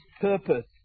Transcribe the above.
purpose